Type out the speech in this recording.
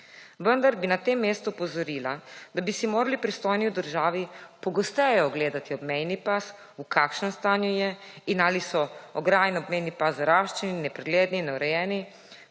vendar bi na tem mestu opozorila, da bi si morali pristojni v državi pogosteje ogledati obmejni pas, v kakšnem stanju je in ali so ograje in objemni pas zaraščeni, nepregledni, neurejeni.